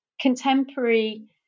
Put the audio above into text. contemporary